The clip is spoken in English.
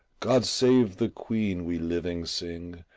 god save the queen we living sing,